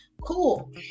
cool